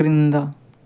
క్రింద